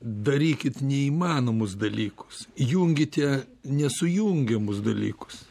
darykit neįmanomus dalykus junkite nesujungiamus dalykus